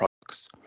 products